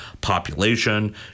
population